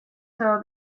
saw